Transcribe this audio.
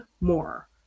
more